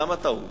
למה טעות?